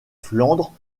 flandre